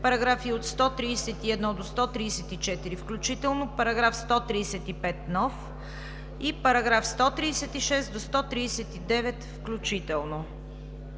параграфи от 131 до 134 включително, § 135 нов и § 136 до 139 включително.